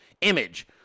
image